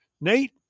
Nate